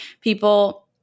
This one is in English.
people